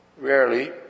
rarely